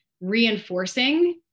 reinforcing